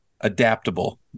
adaptable